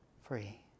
free